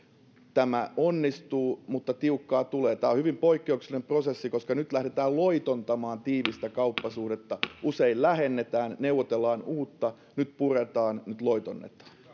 tämä onnistuu mutta tiukkaa tulee tämä on hyvin poikkeuksellinen prosessi koska nyt lähdetään loitontamaan tiivistä kauppasuhdetta usein lähennetään neuvotellaan uutta nyt puretaan nyt loitonnetaan